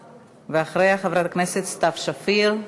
ואחריה, חברת הכנסת סתיו שפיר.